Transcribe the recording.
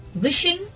wishing